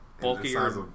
bulkier